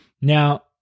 Now